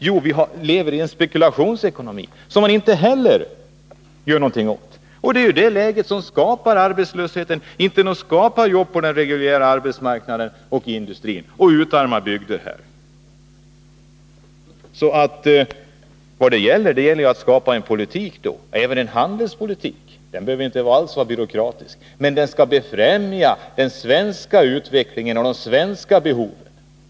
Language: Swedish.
Jo, vi lever i en spekulationsekonomi, och den gör man inte heller någonting åt. Det är detta läge som skapar arbetslösheten, som gör att det inte blir några jobb på den reguljära arbetsmarknaden i industrin och som utarmar hela bygder. Det gäller ju att föra en politik — även en handelspolitik — som befrämjar den svenska utvecklingen och som anpassas efter de svenska behoven.